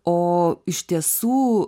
o iš tiesų